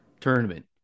tournament